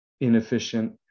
inefficient